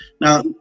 Now